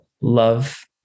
love